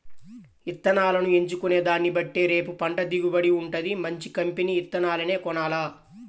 ఇత్తనాలను ఎంచుకునే దాన్నిబట్టే రేపు పంట దిగుబడి వుంటది, మంచి కంపెనీ విత్తనాలనే కొనాల